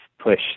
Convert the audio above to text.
push